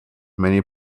many